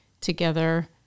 together